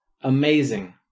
Amazing